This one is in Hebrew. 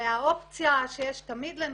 והאופציה שיש תמיד לנשים,